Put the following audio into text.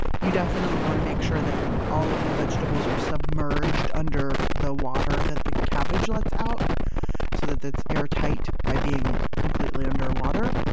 you definitely want to make sure that all of the vegetables are submerged under the water that the cabbage lets out, and so that that's airtight by being completely underwater.